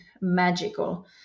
magical